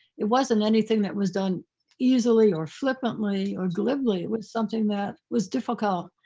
it wasn't anything that was done easily or flippantly or glibly. it was something that was difficult.